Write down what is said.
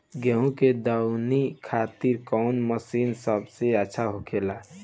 गेहु के दऊनी खातिर कौन मशीन सबसे अच्छा होखेला?